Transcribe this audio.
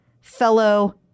fellow